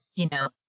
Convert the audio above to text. you know.